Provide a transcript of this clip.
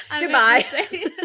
Goodbye